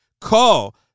Call